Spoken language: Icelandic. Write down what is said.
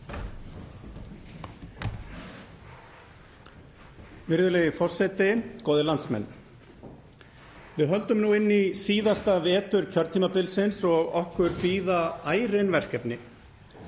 Virðulegi forseti. Góðir landsmenn. Við höldum nú inn í síðasta vetur kjörtímabilsins og okkar bíða ærin verkefni.